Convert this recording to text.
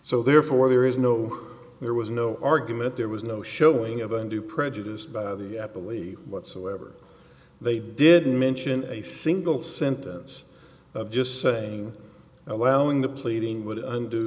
so therefore there is no there was no argument there was no showing of undue prejudice by the belief whatsoever they didn't mention a single sentence just saying allowing the pleading would und